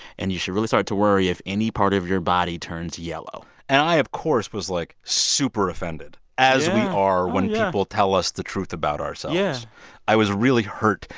and you should really start to worry if any part of your body turns yellow and i, of course, was, like, super offended, as we are when yeah tell us the truth about ourselves yeah i was really hurt.